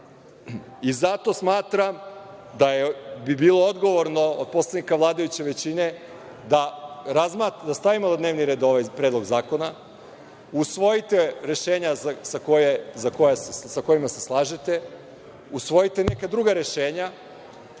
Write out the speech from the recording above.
smatram da bi bilo odgovorno od poslanika vladajuće većine da stavimo na dnevni red ovaj predlog zakona. Usvojite rešenja sa kojima se slažete. Usvojite neka druga rešenja